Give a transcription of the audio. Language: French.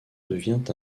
devient